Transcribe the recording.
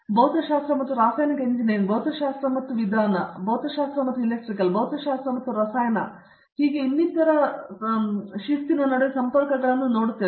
ನಾನು ಭೌತಶಾಸ್ತ್ರ ಮತ್ತು ರಾಸಾಯನಿಕ ಎಂಜಿನಿಯರಿಂಗ್ ಭೌತಶಾಸ್ತ್ರ ಮತ್ತು ವಿಧಾನ ಮತ್ತು ಭೌತಶಾಸ್ತ್ರ ಮತ್ತು ಇಲೆಕ್ತ್ರಿಕ್ ಭೌತಶಾಸ್ತ್ರ ಮತ್ತು ರಸಾಯನಶಾಸ್ತ್ರ ಮತ್ತು ಇನ್ನಿತರ ನಡುವಿನ ಸಂಪರ್ಕಗಳನ್ನು ನೋಡುತ್ತೇನೆ